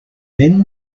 then